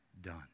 done